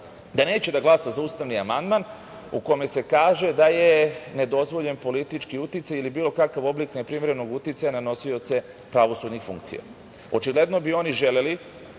da neće da glasa za ustavni amandman u kome se kaže da je nedozvoljen politički uticaj ili bilo kakav oblik neprimerenog uticaja na nosioce pravosudnih funkcija. Očigledno bi oni želeli